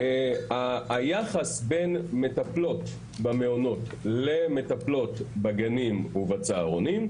היחס בין מטפלות במעונות למטפלות בגנים ובצהרונים,